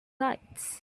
lights